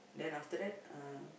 then after that uh